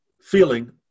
feeling